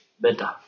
better